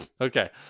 okay